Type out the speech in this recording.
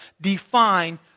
define